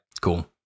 Cool